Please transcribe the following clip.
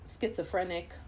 schizophrenic